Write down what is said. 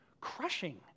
crushing